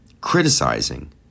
criticizing